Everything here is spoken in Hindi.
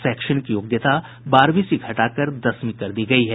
शैक्षणिक योग्यता बारहवीं से घटाकर दसवीं कर दी गयी है